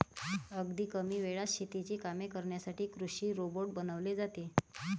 अगदी कमी वेळात शेतीची कामे करण्यासाठी कृषी रोबोट बनवले आहेत